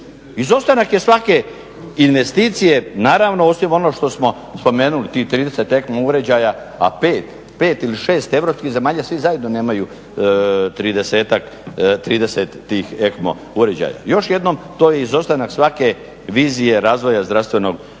Izostanak je svake investicije, naravno osim ono što smo spomenuli tih 30 ECMO uređaja, a 5, 5 ili 6 europskih zemalja svi zajedno nemaju 30 tih ECMO uređaja. Još jednom to je izostanak svake vizije razvoja zdravstvenog sustava.